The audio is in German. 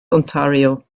ontario